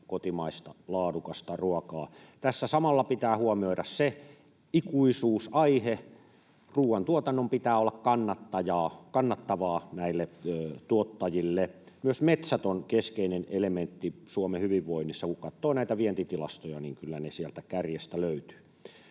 kotimaista laadukasta ruokaa. Tässä samalla pitää huomioida se ikuisuusaihe: ruuan tuotannon pitää olla kannattavaa näille tuottajille. Myös metsät ovat keskeinen elementti Suomen hyvinvoinnissa. Kun katsoo vientitilastoja, niin kyllä ne sieltä kärjestä löytyvät.